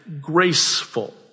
graceful